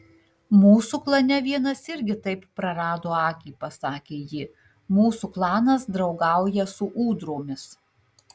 mūsų klane vienas irgi taip prarado akį pasakė ji mūsų klanas draugauja su ūdromis